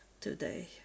today